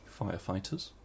Firefighters